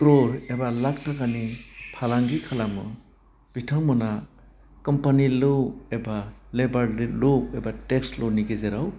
crawl एबा लाक थाकानि फालांगि खालामो बिथांमोनहा कम्पानि ल' एबा लेभारदेट ल' एबा टेक्स ल' नि गेजेराव